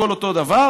הכול אותו דבר,